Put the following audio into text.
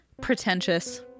pretentious